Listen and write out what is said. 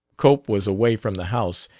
cope was away from the house,